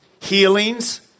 healings